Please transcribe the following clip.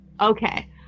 Okay